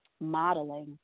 modeling